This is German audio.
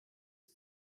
und